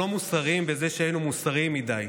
מוסריים בזה שהיינו מוסריים מדי,